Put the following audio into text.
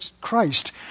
Christ